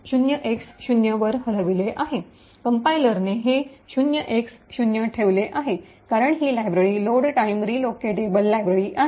कंपाइलरने हे 0X0 ठेवले आहे कारण ही library load time relocatable library आहे